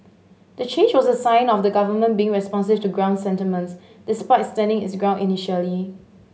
the change was a sign of the government being responsive to ground sentiments despite standing its ground initially